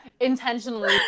intentionally